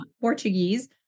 Portuguese